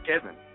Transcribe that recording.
Kevin